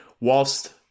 whilst